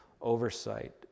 oversight